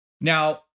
now